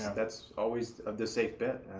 that's always the safe bet,